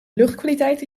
luchtkwaliteit